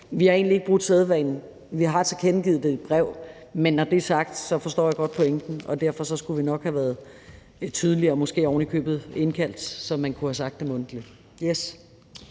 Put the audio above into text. at vi egentlig ikke har brudt sædvanen. Vi har tilkendegivet det i et brev. Men når det er sagt, så forstår jeg godt pointen, og derfor skulle vi nok have været lidt tydeligere, måske ovenikøbet have indkaldt til et møde, så man kunne have sagt det mundtligt. Yes.